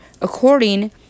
according